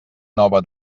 nova